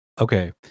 okay